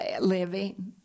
living